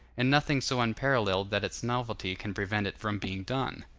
and nothing so unparalleled that its novelty can prevent it from being done?